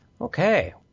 Okay